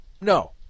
No